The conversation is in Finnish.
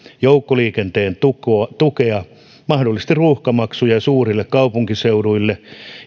joukkoliikenteen tukea tukea mahdollisesti ruuhkamaksuja suurille kaupunkiseuduille